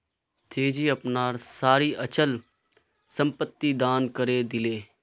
तेजी अपनार सारी अचल संपत्ति दान करे दिले